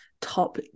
top